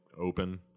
open